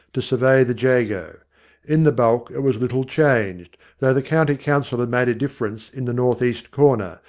to survey the jago. in the bulk it was little changed, though the county council had made a dif ference in the north-east corner,